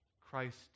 Christ